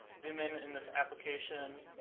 zoom in in this application,